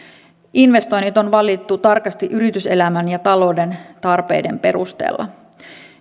investoinnit on valittu tarkasti yrityselämän ja talouden tarpeiden perusteella